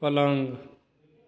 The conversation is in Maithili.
पलङ्ग